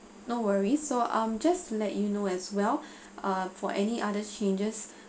no worries so um just let you know as well uh for any other changes